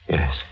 Yes